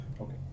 Okay